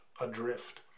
adrift